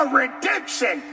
redemption